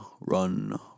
run